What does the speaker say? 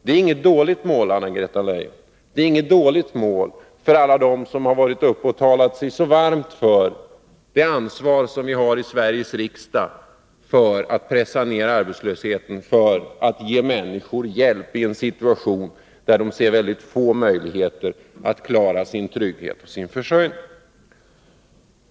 Det är inget dåligt mål, Anna-Greta Leijon, för alla dem som varit uppe och talat så varmt för det ansvar som vi har i Sveriges riksdag för att pressa ned arbetslösheten, för att ge människor hjälp i en situation där de ser väldigt få möjligheter att klara sin trygghet och sin försörjning.